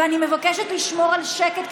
ואני מבקשת לשמור על שקט,